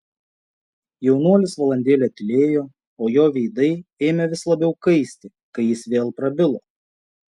jaunuolis valandėlę tylėjo o jo veidai ėmė vis labiau kaisti kai jis vėl prabilo